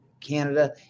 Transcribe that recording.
Canada